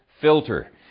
filter